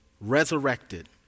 resurrected